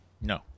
no